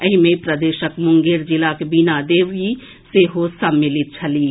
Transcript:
एहि मे प्रदेशक मुंगेर जिलाक बीना देवी सेहो सम्मलित छलीह